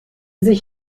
sich